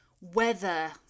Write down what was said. weather